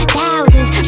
thousands